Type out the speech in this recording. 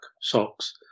socks